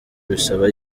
bisaba